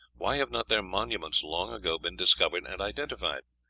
why have not their monuments long ago been discovered and identified?